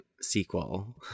sequel